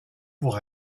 pour